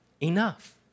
enough